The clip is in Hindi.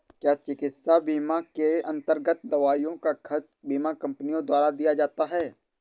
क्या चिकित्सा बीमा के अन्तर्गत दवाइयों का खर्च बीमा कंपनियों द्वारा दिया जाता है?